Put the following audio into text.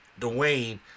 Dwayne